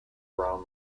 around